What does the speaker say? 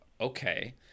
Okay